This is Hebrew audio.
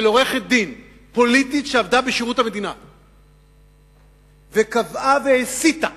של עורכת-דין פוליטית שעבדה בשירות המדינה וקבעה והסיתה,